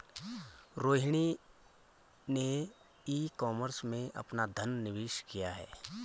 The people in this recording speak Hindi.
रोहिणी ने ई कॉमर्स में अपना धन निवेश किया